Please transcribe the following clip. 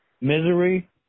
Misery